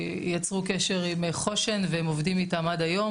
יצרו קשר עם חוש"ן והם עובדים איתם עד היום,